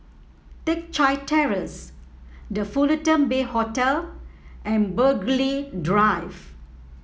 Teck Chye Terrace The Fullerton Bay Hotel and Burghley Drive